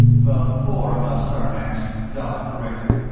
the four of us, sarnax, dalla corrected.